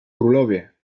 królowie